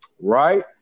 right